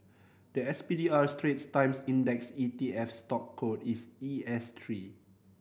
the S P D R Straits Times Index E T F stock code is E S three